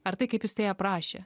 ar tai kaip jis tai aprašė